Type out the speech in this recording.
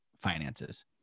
finances